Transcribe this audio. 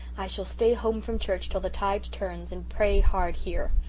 i shall stay home from church till the tide turns and pray hard here.